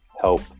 Help